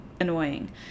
annoying